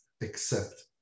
accept